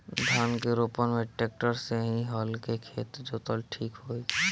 धान के रोपन मे ट्रेक्टर से की हल से खेत जोतल ठीक होई?